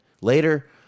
later